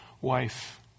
wife